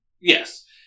Yes